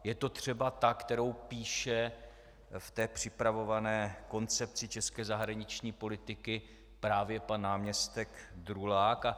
Je to třeba ta, kterou píše v té připravované Koncepci české zahraniční politiky právě pan náměstek Drulák?